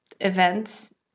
event